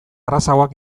errazagoak